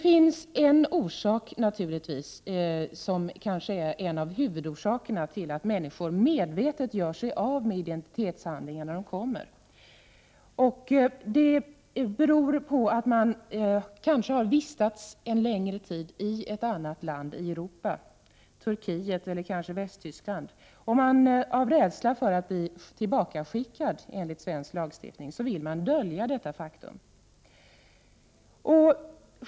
En av huvudorsakerna till att människor medvetet gör sig av med identitetshandlingar när de kommer till Sverige kan vara att de har vistats en längre tid i ett annat land i Europa, Turkiet eller kanske Västtyskland. Av rädsla för att bli tillbakaskickade enligt svensk lagstiftning vill de dölja detta faktum.